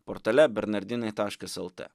portale bernardinai taškas el tė